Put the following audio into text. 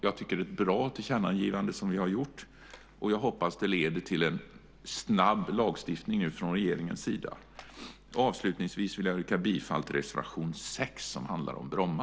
Jag tycker att det är ett bra tillkännagivande som vi har gjort, och jag hoppas att det leder till en snabb lagstiftning från regeringens sida. Avslutningsvis yrkar jag bifall till reservation 6 som handlar om Bromma.